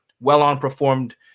well-on-performed –